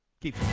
Keep